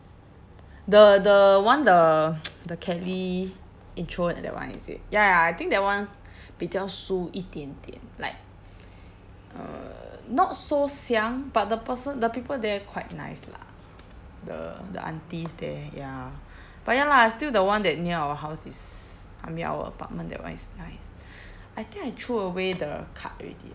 the the one the the kelly intro that one is it ya ya I think that one 比较输一点点 like uh not so 香 but the person the people there quite nice lah the the aunties there ya but ya lah still the one that near our house is I mean our apartment that one is nice I think I threw away the card already